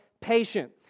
patient